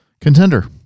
Contender